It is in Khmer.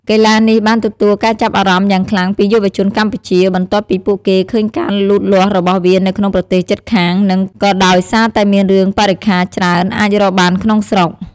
កីឡានេះបានទទួលការចាប់អារម្មណ៍យ៉ាងខ្លាំងពីយុវជនកម្ពុជា បន្ទាប់ពីពួកគេឃើញការលូតលាស់របស់វានៅក្នុងប្រទេសជិតខាង និងក៏ដោយសារតែមានគ្រឿងបរិក្ខារច្រើនអាចរកបានក្នុងស្រុក។